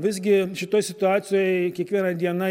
visgi šitoj situacijoj kiekviena diena